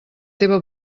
teva